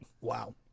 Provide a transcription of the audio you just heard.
Wow